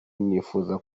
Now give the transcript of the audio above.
nifuza